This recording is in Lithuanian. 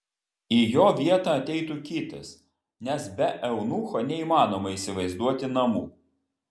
į jo vietą ateitų kitas nes be eunucho neįmanoma įsivaizduoti namų